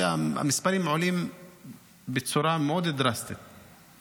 המספרים עולים בצורה דרסטית מאוד.